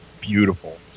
beautiful